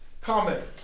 Comment